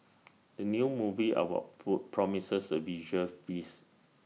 the new movie about food promises A visual feast